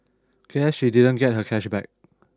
guess she didn't get her cash back